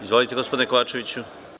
Izvolite gospodine Kovačeviću.